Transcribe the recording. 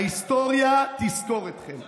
ההיסטוריה תזכור אתכם.